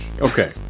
okay